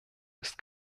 ist